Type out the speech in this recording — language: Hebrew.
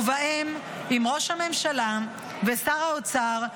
ובהם אם ראש הממשלה ושר האוצר,